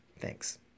Thanks